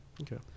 Okay